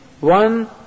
one